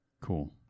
cool